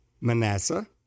Manasseh